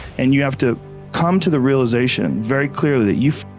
and you have to come to the realisation, very clearly that you